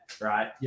right